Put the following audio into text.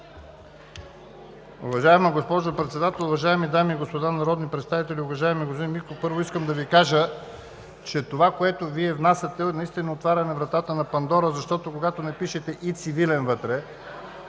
Уважаема госпожо Председател, уважаеми дами и господа народни представители! Уважаеми господин Михов, първо искам да Ви кажа, че това, което Вие внасяте, наистина отваря кутията на Пандора, защото когато напишете и цивилен вътре,